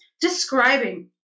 describing